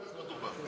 דבר, דבר.